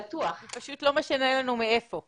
זה לא משנה לנו מהיכן באים.